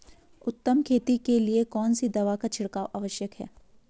उत्तम खेती के लिए कौन सी दवा का छिड़काव आवश्यक है?